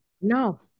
no